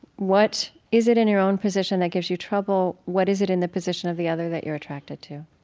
what is it in your own position that gives you trouble? what is it in the position of the other that you're attracted to?